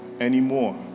Anymore